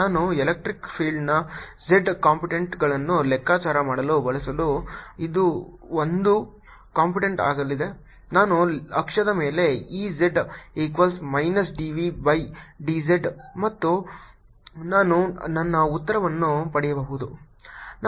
ನಾನು ಎಲೆಕ್ಟ್ರಿಕ್ ಫೀಲ್ಡ್ನ z ಕಾಂಪೊನೆಂಟ್ಗಳನ್ನು ಲೆಕ್ಕಾಚಾರ ಮಾಡಲು ಬಯಸಿದರೆ ಅದು ಒಂದೇ ಕಂಪೋನೆಂಟ್ ಆಗಿರಲಿದೆ ನಾನು ಅಕ್ಷದ ಮೇಲೆ E z equals minus d v by d z ಮತ್ತು ನಾನು ನನ್ನ ಉತ್ತರವನ್ನು ಪಡೆಯಬಹುದು